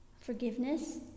Forgiveness